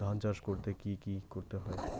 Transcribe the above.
ধান চাষ করতে কি কি করতে হয়?